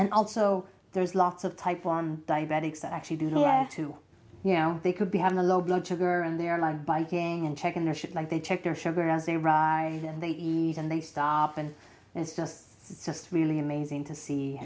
and also there's lots of type one diabetics that actually do that too you know they could be having a low blood sugar and they are like biking and checking their shit like they take their sugar as a wry and they eat and they stop and it's just it's just really amazing to see